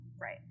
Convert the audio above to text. right